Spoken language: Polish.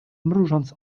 mrużąc